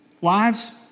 Wives